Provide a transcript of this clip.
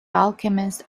alchemist